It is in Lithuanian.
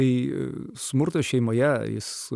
tai smurtas šeimoje jis